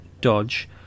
dodge